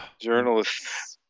journalists